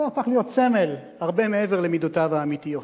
זה הפך להיות סמל הרבה מעבר למידותיו האמיתיות.